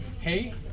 hey